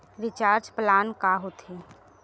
Recharge plan का होथे?